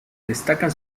destacan